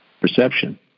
perception